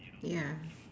yeah